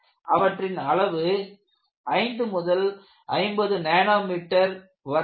அவற்றின் அளவு 5 முதல் 50 நானோமீட்டர் வரை இருக்கும்